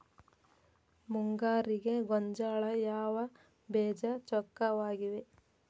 ಮುಂಗಾರಿಗೆ ಗೋಂಜಾಳ ಯಾವ ಬೇಜ ಚೊಕ್ಕವಾಗಿವೆ?